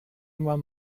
immer